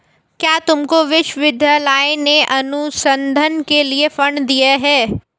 क्या तुमको विश्वविद्यालय ने अनुसंधान के लिए फंड दिए हैं?